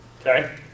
okay